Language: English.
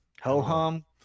ho-hum